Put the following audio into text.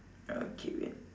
okay wait